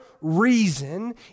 reason